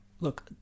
Look